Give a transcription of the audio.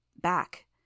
Back